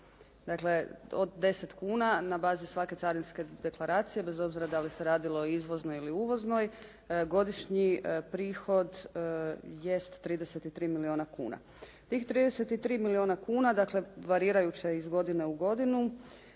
Dakle, od 10 kuna na bazi svake carinske deklaracije bez obzira da li se radilo o izvoznoj ili uvoznoj godišnji prihod jest 33 milijuna kuna. Tih 33 milijuna kuna dakle varirajuće iz godine u godinu